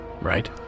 right